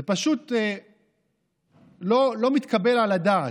זה פשוט לא מתקבל על הדעת.